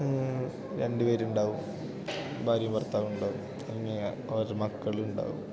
രണ്ടു പേർ ഉണ്ടാവും ഭാര്യയും ഭർത്താവും ഉണ്ടാവും അങ്ങനെ ഓര മക്കൾ ഉണ്ടാവും